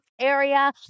area